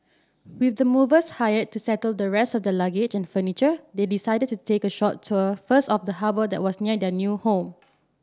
with the movers hired to settle the rest of their luggage and furniture they decided to take a short tour first of the harbour that was near their new home